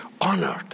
honored